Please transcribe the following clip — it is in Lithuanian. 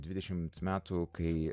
dvidešimt metų kai